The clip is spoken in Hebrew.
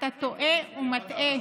אתה טועה ומטעה.